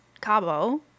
Cabo